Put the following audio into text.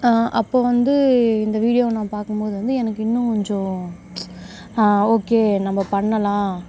அப்போ வந்து இந்த வீடியோவை நான் பார்க்கும்போது வந்து எனக்கு இன்னும் கொஞ்சம் ஓகே நம்ம பண்ணலாம்